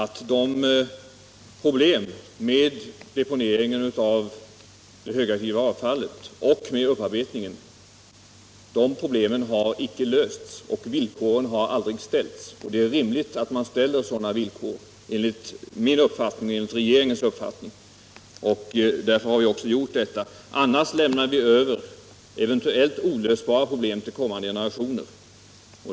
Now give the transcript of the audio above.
Herr talman! Grunden är naturligtvis att problemen med upparbetningen och deponeringen av det högaktiva avfallet icke har lösts. Villkor har aldrig ställts tidigare, men det är enligt min och regeringens uppfattning rimligt att man ställer sådana villkor. Därför har vi också gjort detta. Annars lämnar vi över eventuellt olösbara problem till kommande generationer.